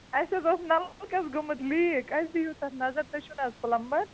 اَسہِ حظ اوس نَلکَس گوٚمُت لیٖک اَسہِ دِیِو تَتھ نَظر تُہۍ چھُو نا حظ پُلَمبَر